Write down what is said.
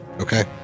Okay